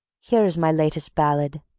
here is my latest ballad,